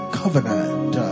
covenant